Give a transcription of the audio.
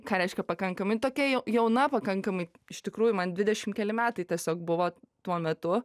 ką reiškia pakankamai tokia jauna pakankamai iš tikrųjų man dvidešim keli metai tiesiog buvo tuo metu